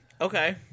Okay